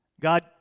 God